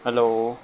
hello